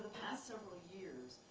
past several years,